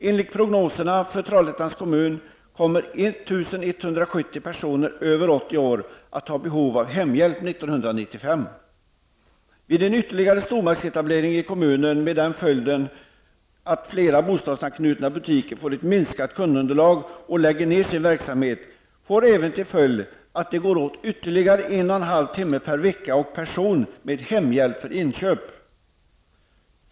Enligt prognoserna för Trollhättans kommun skulle 1 170 En ytterligare stormarknadsetablering i kommunen, med påföljd att fler bostadsanknutna butiker får ett mindre kundunderlag och lägger ned sin verksamhet, resulterar i att det går åt ytterligare en och en halv timme per vecka och person med hemhjälp för inköp.